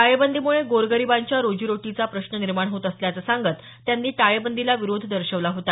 टाळेबंदीमुळे गोरगरीबांच्या रोजीरोटीचा प्रश्न निर्माण होत असल्याचं सांगत त्यांनी टाळेबंदीला विरोध दर्शवला होता